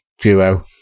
duo